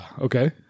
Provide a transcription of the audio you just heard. Okay